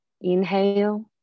Inhale